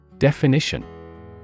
Definition